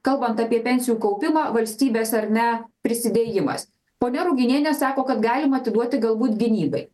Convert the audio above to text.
kalbant apie pensijų kaupimą valstybės ar ne prisidėjimas ponia ruginienė sako kad galima atiduoti galbūt gynybai